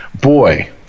Boy